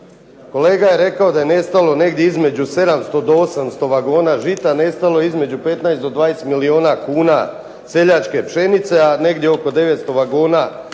kolega je rekao da je nestalo negdje između 700 i 800 vagona žita. Nestalo je između 15 do 20 milijuna kuna seljačke pšenice a negdje oko 900 vagona